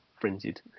frenzied